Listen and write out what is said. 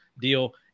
deal